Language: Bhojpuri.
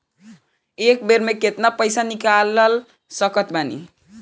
एक बेर मे केतना पैसा निकाल सकत बानी?